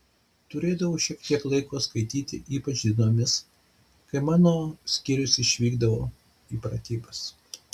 turėdavau šiek tiek laiko skaityti ypač dienomis kai mano skyrius išvykdavo į pratybas